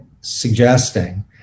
suggesting